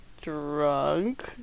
Drunk